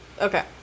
Okay